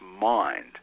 mind